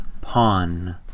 Pawn